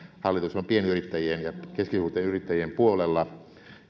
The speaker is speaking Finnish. hallitus on pienyrittäjien ja keskisuurten yrittäjien puolella